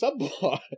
subplot